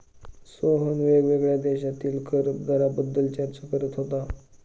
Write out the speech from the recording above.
सोहन वेगवेगळ्या देशांतील कर दराबाबत चर्चा करत होता